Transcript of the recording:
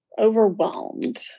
Overwhelmed